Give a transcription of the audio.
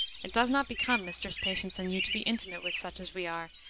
it does not become mistress patience and you to be intimate with such as we are,